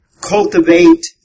cultivate